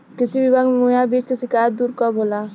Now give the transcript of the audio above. कृषि विभाग से मुहैया बीज के शिकायत दुर कब होला?